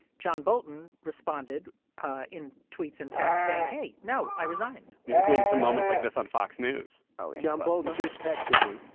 john bolton responded in tweets and texts saying, hey, no, i resigned including some moments like this on fox news ah john bolton just texted me,